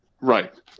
Right